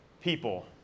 people